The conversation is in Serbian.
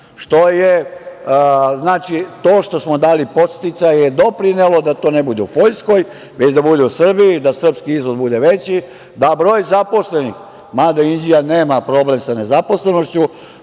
Gdanjsku. Znači, to što smo dali podsticaje je doprinelo da to ne bude u Poljskoj, već da bude u Srbiji i da srpski izvoz bude veći, da broj zaposlenih, mada Inđija nema problem sa nezaposlenošću,